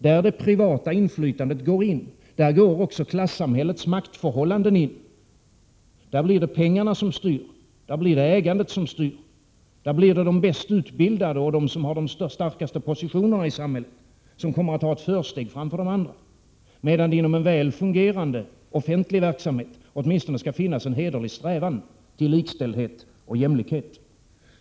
Där det privata inflytandet går in, går också klassamhällets maktförhållandeniin. Där blir det pengarna och ägandet som styr. De bäst utbildade och de som har de starkaste positionerna i samhället kommer att ha försteg framför de andra. Inom en väl fungerande offentlig verksamhet skall det däremot åtminstone finnas en hederlig strävan till likställdhet och jämlikhet.